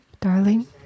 darling